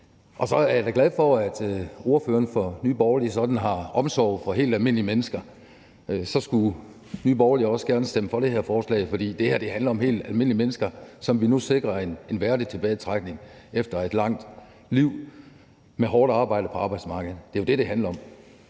på. Så er jeg da glad for, at ordføreren for Nye Borgerlige sådan har omsorg for helt almindelige mennesker. Så skulle Nye Borgerlige også gerne stemme for det her forslag, for det her handler om helt almindelige mennesker, som vi nu sikrer en værdig tilbagetrækning efter et langt liv med hårdt arbejde på arbejdsmarkedet. Det er jo det, det handler om.